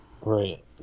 Right